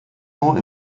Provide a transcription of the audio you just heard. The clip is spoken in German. nur